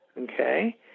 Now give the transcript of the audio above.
okay